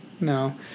No